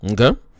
Okay